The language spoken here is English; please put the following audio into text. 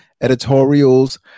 editorials